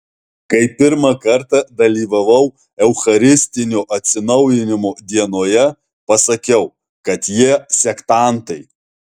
kai pirmą kartą dalyvavau eucharistinio atsinaujinimo dienoje pasakiau kad jie sektantai